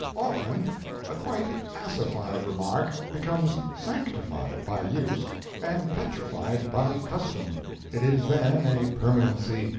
often a quite assified remark becomes sanctified by use and petrified by custom it is then a permanency,